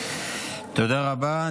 תודה רבה.